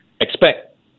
expect